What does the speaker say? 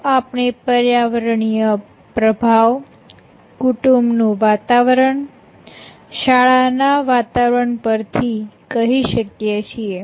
આવું આપણે પર્યાવરણીય પ્રભાવ કુટુંબ નું વાતાવરણ શાળાના વાતાવરણ પરથી કહી શકીએ છીએ